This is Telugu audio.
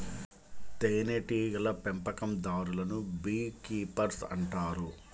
తేనెటీగల పెంపకందారులను బీ కీపర్స్ అంటారు